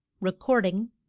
Recording